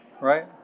Right